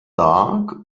dark